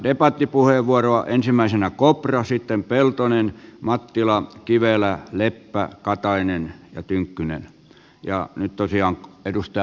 ensimmäisenä kopra sitten peltonen mattila kivelä leppä katainen ja tynkkynen